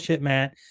Matt